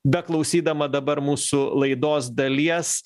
beklausydama dabar mūsų laidos dalies